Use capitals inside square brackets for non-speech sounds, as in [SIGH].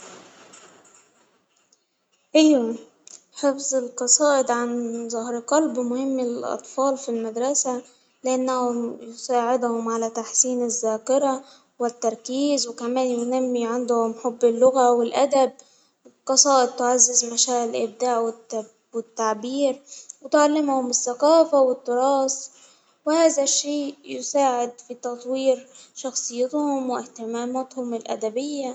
أيوة حفظ القصائد عن ظهر قلب مهم للأطفال في المدرسة لأنهم يساعدهم على تحسين الذاكرة ، والتركيز وكمان ينمي عندهم حب اللغة والأدب، القصائد تعزز مشاعر الإبداع و [NOISE] والتعبير وتعلمهم الثقافة والتراث، وهذا الشيء يساعد في تطوير شخصيتهم وإهتمامتهم الأدبية.